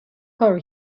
کارو